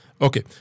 Okay